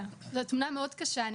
זו תמונה קשה מאוד.